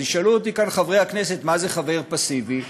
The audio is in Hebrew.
אז ישאלו אותי כאן חברי הכנסת: מה זה חבר פסיבי?